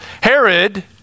Herod